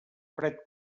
fred